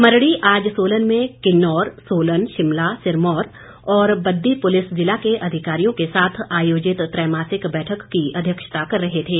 मरडी आज सोलन में किन्नौर सोलन शिमला सिरमौर और बद्दी पुलिस ज़िला के अधिकारियों के साथ आयोजित त्रैमासिक बैठक की अध्यक्षता कर रहे थे